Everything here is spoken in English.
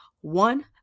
One